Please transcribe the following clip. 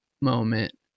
moment